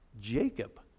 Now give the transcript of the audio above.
Jacob